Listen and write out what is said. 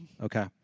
Okay